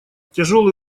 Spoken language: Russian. тяжелые